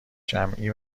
جمعی